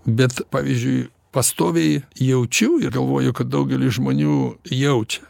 bet pavyzdžiui pastoviai jaučiu ir galvoju kad daugelis žmonių jaučia